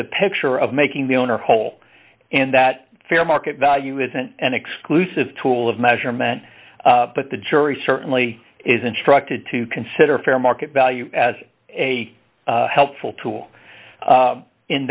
a picture of making the owner whole and that fair market value isn't an exclusive tool of measurement but the jury certainly is instructed to consider fair market value as a helpful tool